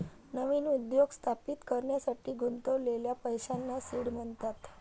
नवीन उद्योग स्थापित करण्यासाठी गुंतवलेल्या पैशांना सीड म्हणतात